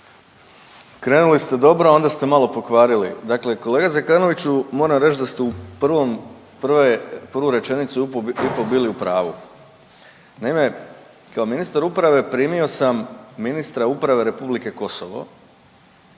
Krenuli ste dobro, a onda ste malo pokvarili. Dakle, kolega Zekanoviću moram reć da ste u prvom, prve, prvu rečenicu u po bili u pravu. Naime, kao ministar uprave primio sam ministra uprave Republike Kosovo